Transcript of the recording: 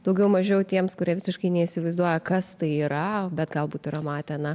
daugiau mažiau tiems kurie visiškai neįsivaizduoja kas tai yra bet galbūt yra matę na